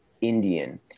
Indian